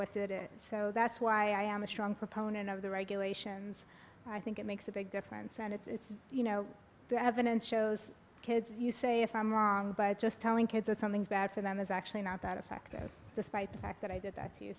what did it so that's why i am a strong proponent of the regulations and i think it makes a big difference and it's you know the evidence shows kids you say if i'm wrong but just telling kids that something's bad for them is actually not that effective despite the fact that i did that to